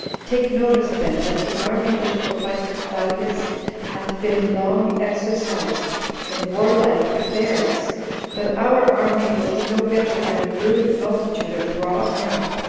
take notice, then, that the army which will fight for claudius hath been long exercised in warlike affairs but our army will be no better than a rude multitude of raw men,